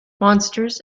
monsters